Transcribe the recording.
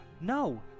No